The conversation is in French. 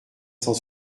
cent